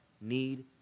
need